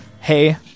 Hey